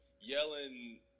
yelling